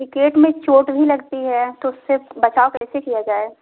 cricket में चोट भी लगती है तो उससे बचाव कैसे किया जाए